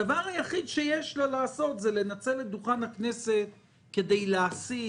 הדבר היחיד שיש לה לעשות זה לנצל את דוכן הכנסת כדי להסית,